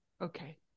Okay